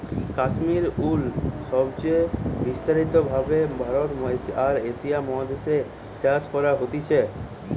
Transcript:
Kashmir wool সবচে বিস্তারিত ভাবে ভারতে আর এশিয়া মহাদেশ এ চাষ করা হতিছে